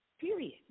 Period